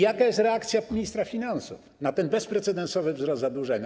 Jaka jest reakcja ministra finansów na ten bezprecedensowy wzrost zadłużenia?